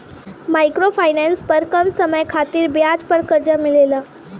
micro finance पर कम समय खातिर ब्याज पर कर्जा मिलेला